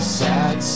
sad